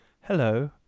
hello